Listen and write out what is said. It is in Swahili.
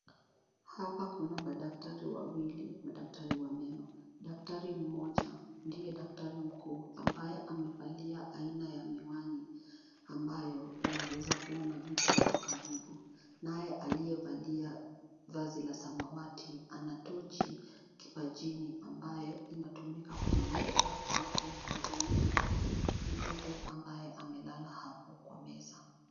Hapa kuna madaktari wawili madaktari wa meno. Daktari mmoja ndiye daktari mkuu ambaye amevalia aina ya miwani ambayo inaweza kuona vitu kwa karibu naye aliyevalia vazi la samawati ana tochi kipajini ambaye inatumika kumulika waapomhudumia mtoto ambaye amelala hapo kwa meza.